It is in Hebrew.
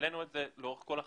העלינו את זה לאורך כל החקירה.